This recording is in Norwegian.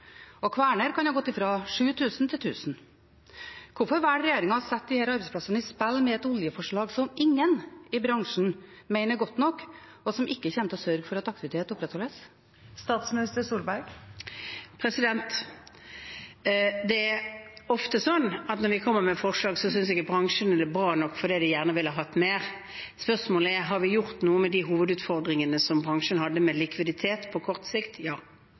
Hvorfor velger regjeringen å sette disse arbeidsplassene i spill med et oljeforslag som ingen i bransjen mener er godt nok, og som ikke kommer til å sørge for at aktivitet opprettholdes? Det er ofte sånn at når vi kommer med forslag, synes ikke bransjen det er bra nok fordi de gjerne ville hatt mer. Spørsmålet er: Har vi gjort noe med de hovedutfordringene som bransjen hadde med likviditet på kort sikt? Ja,